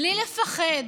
בלי לפחד